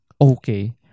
okay